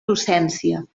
docència